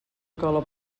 cola